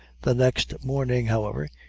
the next morning, however,